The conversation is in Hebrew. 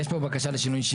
יש פה בקשה לשינוי,